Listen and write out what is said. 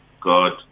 God